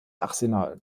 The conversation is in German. arsenal